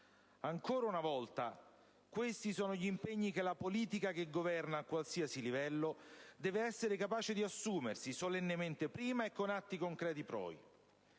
Ancora una volta, questi sono gli impegni della politica: chi governa, a qualsiasi livello, deve essere capace di assumersi, solennemente prima e con atti concreti poi,